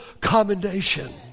commendation